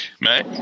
mate